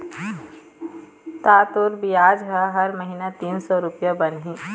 ता तोर बियाज ह हर महिना तीन सौ रुपया बनही